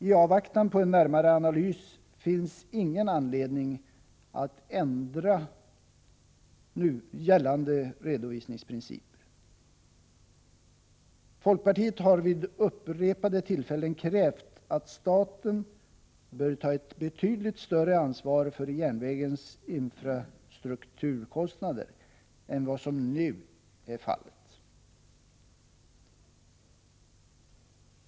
I avvaktan på en närmare analys finns ingen anledning att ändra gällande redovisningsprinciper. Folkpartiet har vid upprepade tillfällen krävt att staten skall ta ett betydligt större ansvar för järnvägens infrastrukturkostnader än vad som nu är fallet.